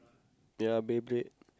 ya Beyblade